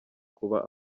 kuba